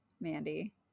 Mandy